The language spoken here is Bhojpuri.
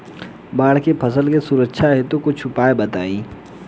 बाढ़ से फसल के सुरक्षा हेतु कुछ उपाय बताई?